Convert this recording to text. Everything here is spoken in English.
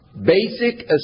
basic